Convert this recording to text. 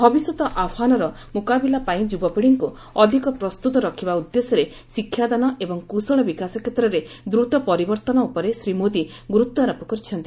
ଭବିଷ୍ୟତ ଆହ୍ୱାନର ମୁକାବିଲା ପାଇଁ ଯୁବପିଢ଼ିଙ୍କୁ ଅଧିକ ପ୍ରସ୍ତୁତ ରଖିବା ଉଦ୍ଦେଶ୍ୟରେ ଶିକ୍ଷାଦାନ ଏବଂ କୁଶଳ ବିକାଶ କ୍ଷେତ୍ରରେ ଦ୍ରତ ପରିବର୍ତ୍ତନ ଉପରେ ଶ୍ରୀ ମୋଦି ଗୁରୁତ୍ୱ ଆରୋପ କରିଛନ୍ତି